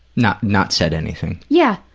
not not said anything. yeah,